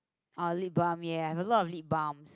oh lip balm ya I have a lot of lip balms